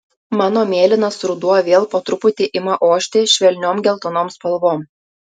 mano mėlynas ruduo vėl po truputį ima ošti švelniom geltonom spalvom